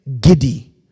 giddy